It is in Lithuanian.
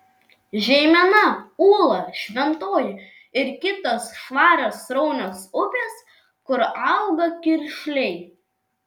žeimena ūla šventoji ir kitos švarios sraunios upės kur auga kiršliai